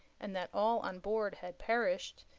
and that all on board had perished,